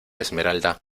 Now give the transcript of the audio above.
esmeralda